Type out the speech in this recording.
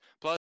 Plus